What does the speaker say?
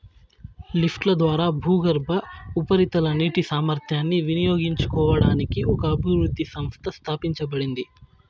లిఫ్ట్ల ద్వారా భూగర్భ, ఉపరితల నీటి సామర్థ్యాన్ని వినియోగించుకోవడానికి ఒక అభివృద్ధి సంస్థ స్థాపించబడింది